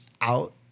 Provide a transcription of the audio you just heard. out